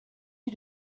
you